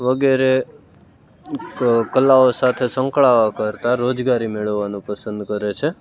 વગેરે ક કલાઓ સાથે સંકળાવા કરતાં રોજગારી મેળવવાનું પસંદ કરે છે